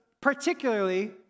particularly